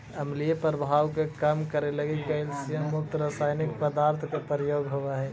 अम्लीय प्रभाव के कम करे लगी कैल्सियम युक्त रसायनिक पदार्थ के प्रयोग होवऽ हई